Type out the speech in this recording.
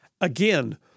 Again